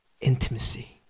intimacy